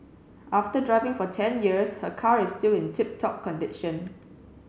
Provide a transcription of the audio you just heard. after driving for ten years her car is still in tip top condition